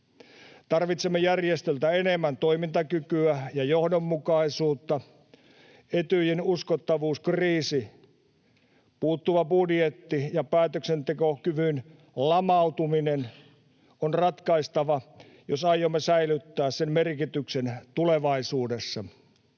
Tarvitsemme järjestöltä enemmän toimintakykyä ja johdonmukaisuutta. Etyjin uskottavuuskriisi, puuttuva budjetti ja päätöksentekokyvyn lamautuminen on ratkaistava, jos aiomme säilyttää sen merkityksen tulevaisuudessa.